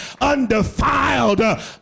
undefiled